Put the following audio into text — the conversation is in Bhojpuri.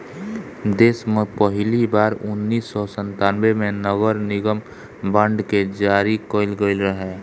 देस में पहिली बार उन्नीस सौ संतान्बे में नगरनिगम बांड के जारी कईल गईल रहे